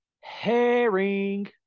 Herring